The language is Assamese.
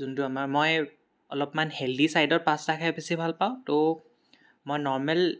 যোনটো আমাৰ মই অলপমান হেলদি ছাইদৰ পাস্তা খাই বেছি ভাল পাওঁ ত' মই নৰ্মেল